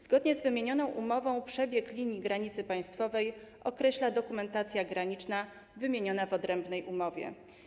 Zgodnie z wymienioną umową przebieg linii granicy państwowej określa dokumentacja graniczna wymieniona w odrębnej umowie.